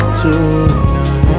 tonight